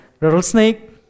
rattlesnake